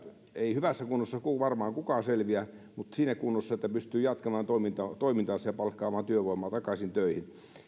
hyvässä kunnossa varmaan kukaan selviä mutta siinä kunnossa että pystyy jatkamaan toimintaansa ja palkkaamaan työvoimaa takaisin töihin